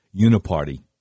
Uniparty